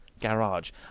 garage